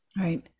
Right